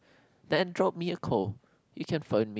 then drop me a call you can phone me